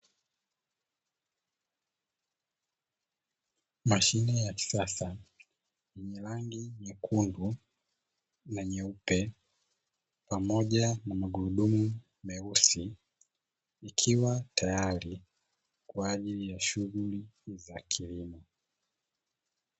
Mashine ya kisasa yenye rangi nyekundu na nyeupe pamoja na magurudumu meusi, ikiwa tayari kwa ajili ya shughuli za kilimo.